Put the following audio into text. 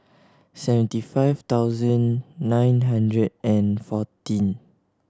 seventy five thousand nine hundred and fourteen